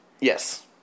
Yes